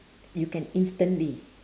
you can instantly